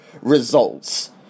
results